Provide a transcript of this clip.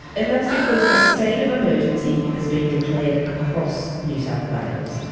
and that's because a state of emergency has been declared across new south wales.